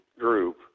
group